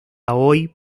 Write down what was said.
hoy